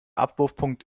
abwurfpunkt